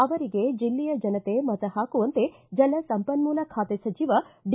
ಅವರಿಗೆ ಜಿಲ್ಲೆಯ ಜನತೆ ಮತ ಹಾಕುವಂತೆ ಜಲಸಂಪನ್ನೂಲ ಬಾತೆ ಸಚಿವ ಡಿ